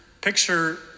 picture